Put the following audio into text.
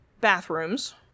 bathrooms